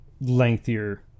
lengthier